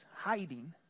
hiding